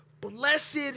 blessed